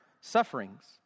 sufferings